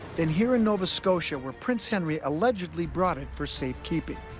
then here in nova scotia, where prince henry allegedly brought it for safekeeping.